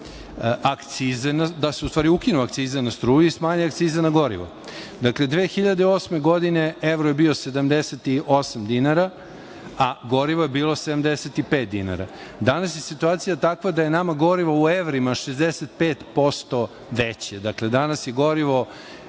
da se u stvari ukinu akcize na struju i smanje akcize na gorivo? Dakle, 2008. godine evro je bio 78 dinara, a gorivo je bilo 75 dinara. Danas je situacija takva da je nama gorivo u evrima 65% veće. Dakle, danas je gorivo